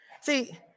See